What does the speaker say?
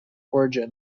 origin